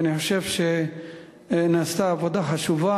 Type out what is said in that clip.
ואני חושב שנעשתה עבודה חשובה,